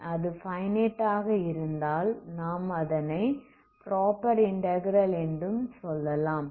அது ஃபைனைட் ஆக இருந்தால் நாம் அதை ப்ராப்பர் இன்டகிரல் என்று சொல்லலாம்